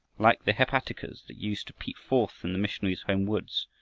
like the hepaticas that used to peep forth in the missionary's home woods,